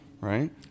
right